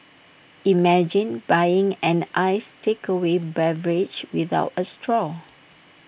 imagine buying an iced takeaway beverage without A straw